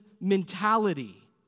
mentality